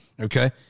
Okay